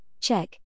check